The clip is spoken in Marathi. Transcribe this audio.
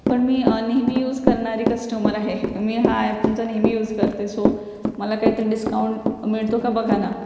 पण मी नेहमी यूज करणारी कस्टमर आहे मी हा ॲप तुमचा नेहमी यूज करते सो मला काहीतरी डिस्काउंट मिळतो का बघा ना